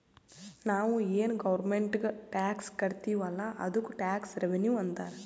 ನಾವು ಏನ್ ಗೌರ್ಮೆಂಟ್ಗ್ ಟ್ಯಾಕ್ಸ್ ಕಟ್ತಿವ್ ಅಲ್ಲ ಅದ್ದುಕ್ ಟ್ಯಾಕ್ಸ್ ರೆವಿನ್ಯೂ ಅಂತಾರ್